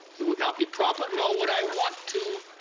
it would not be proper nor what i want to